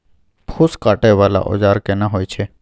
फूस काटय वाला औजार केना होय छै?